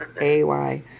A-Y